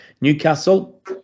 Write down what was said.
Newcastle